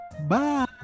Bye